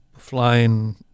Flying